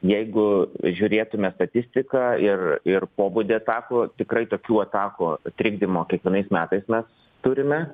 jeigu žiūrėtume statistiką ir ir pobūdį atakų tikrai tokių atakų trikdymo kiekvienais metais mes turime